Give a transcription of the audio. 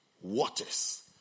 waters